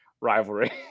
rivalry